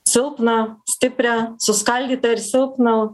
silpną stiprią suskaldytą ir silpną